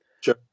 Sure